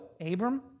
Abram